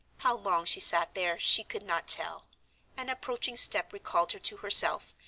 how long she sat there she could not tell an approaching step recalled her to herself,